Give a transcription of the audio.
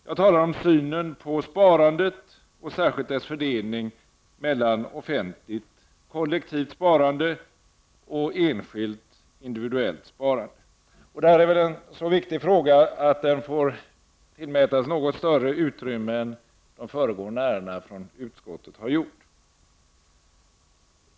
Jag talar om synen på sparandet och särskilt dess fördelning mellan offentligt, kollektivt sparande och enskilt, individuellt sparande. Detta är en så viktig fråga att den får tillmätas något större utrymme än de föregående ärendena från utskottet.